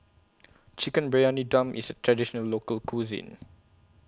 Chicken Briyani Dum IS A Traditional Local Cuisine